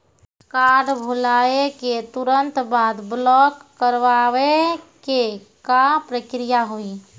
Card भुलाए के तुरंत बाद ब्लॉक करवाए के का प्रक्रिया हुई?